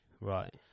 Right